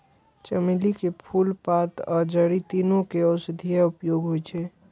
चमेली के फूल, पात आ जड़ि, तीनू के औषधीय उपयोग होइ छै